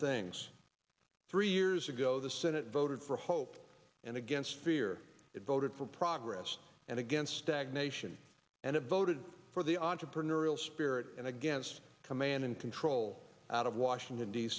things three years ago the senate voted for hope and against fear it voted for progress and against stagnation and it voted for the entrepreneurial spirit and against command and control out of washington d